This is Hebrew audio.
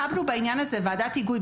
הקמנו ועדת היגוי,